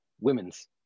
women's